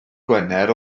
gwener